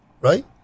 right